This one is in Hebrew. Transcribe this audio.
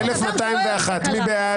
1,208 מי בעד?